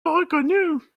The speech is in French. reconnue